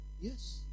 Yes